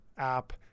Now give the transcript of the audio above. app